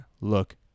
look